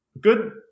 Good